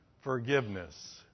forgiveness